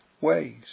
ways